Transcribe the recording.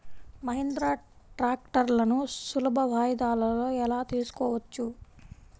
మహీంద్రా ట్రాక్టర్లను సులభ వాయిదాలలో ఎలా తీసుకోవచ్చు?